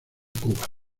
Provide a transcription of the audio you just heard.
cuba